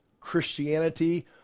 Christianity